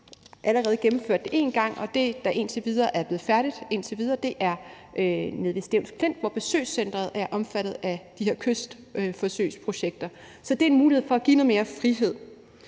allerede gennemført det en gang, og det, der indtil videre er blevet færdigt – indtil videre – er nede ved Stevns Klint, hvor besøgscentret er omfattet af de her kystforsøgsprojekter. Det er en mulighed for at give noget mere frihed.